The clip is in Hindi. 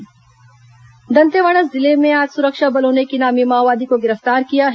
माओवादी गिरफ्तार दंतेवाड़ा जिले में आज सुरक्षा बलों ने एक इनामी माओवादी को गिरफ्तार किया है